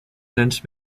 since